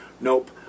Nope